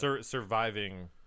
Surviving